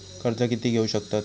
कर्ज कीती घेऊ शकतत?